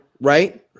right